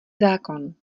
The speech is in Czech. zákon